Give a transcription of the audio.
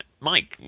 Mike